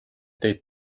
teid